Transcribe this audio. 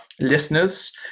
listeners